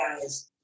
guys